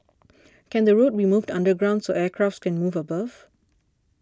can the road be moved underground so aircraft can move above